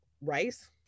rice